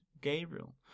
Gabriel